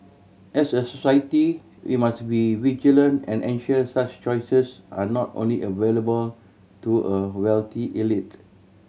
as a society we must be vigilant and ensure such choices are not only available to a wealthy elite